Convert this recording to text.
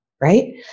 right